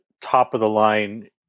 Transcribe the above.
top-of-the-line